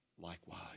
likewise